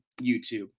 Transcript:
YouTube